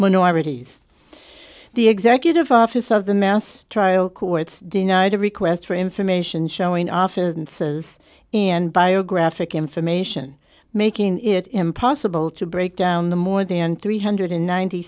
minorities the executive office of the mass trial courts denied a request for information showing off and says in biographic information making it impossible to break down the more than three hundred and ninety